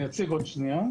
אני אציג עוד שנייה.